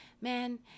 man